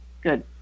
Good